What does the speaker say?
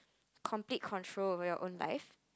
complete control over your own life